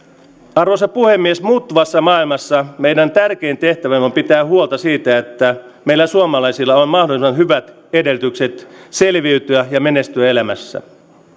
arvoisa puhemies muuttuvassa maailmassa meidän tärkein tehtävämme on pitää huolta siitä että meillä suomalaisilla on mahdollisimman hyvät edellytykset selviytyä ja menestyä elämässä